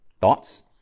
Thoughts